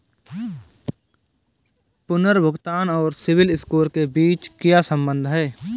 पुनर्भुगतान और CIBIL score के बीच क्या संबंध है?